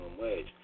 wage